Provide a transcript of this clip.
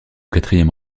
quatrième